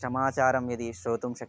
समाचारं यदि श्रोतुं शक्यते